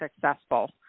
successful